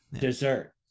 dessert